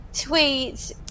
tweet